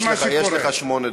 יש לך שמונה דקות.